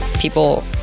people